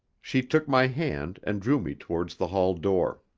she took my hand and drew me towards the hall door.